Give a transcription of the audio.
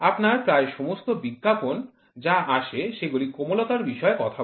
আপনার প্রায় সমস্ত বিজ্ঞাপন যা আসে সেগুলি কোমলতার বিষয়ে কথা বলে